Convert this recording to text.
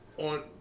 On